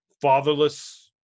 fatherless